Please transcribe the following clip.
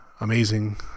amazing